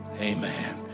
Amen